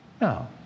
No